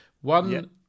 One